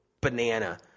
banana